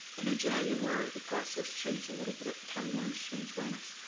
and in january the process changed a little bit. timelines changed on us.